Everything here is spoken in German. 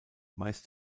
meist